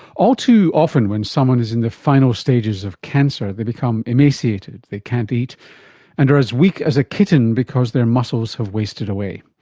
all too often when someone is and the final stages of cancer they become emaciated, they can't eat and are as weak as a kitten because their muscles have wasted away.